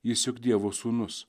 jis juk dievo sūnus